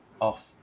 off